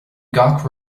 gach